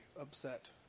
upset